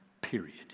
period